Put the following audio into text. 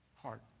heart